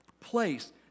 place